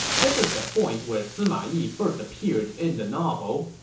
this is the point where sima yi first appeared in the novel.